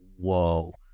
whoa